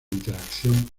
interacción